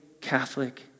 Catholic